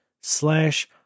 slash